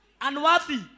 unworthy